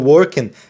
Working